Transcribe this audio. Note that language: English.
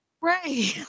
Right